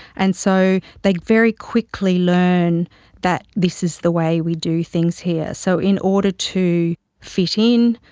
and so they very quickly learn that this is the way we do things here. so in order to fit in,